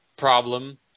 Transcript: problem